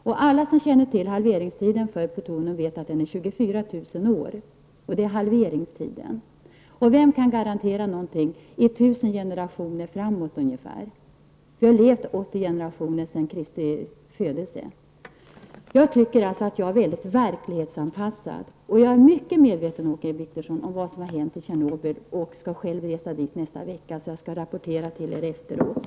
Vi vet att halveringstiden för plutonium är 24 000 år. Vem kan garantera någonting 1 000 generationer framåt? Det har gått 80 generationer sedan Kristi födelse. Jag tycker alltså att jag är mycket verklighetsanpassad. Och jag är mycket medveten, Åke Wictorsson, om vad som har hänt i Tjernobyl. Jag skall själv resa dit nästa vecka, så jag kan rapportera till er efteråt.